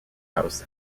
house